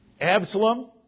Absalom